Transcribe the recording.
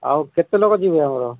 ଆଉ କେତେ ଲୋକ ଯିବେ ଆମର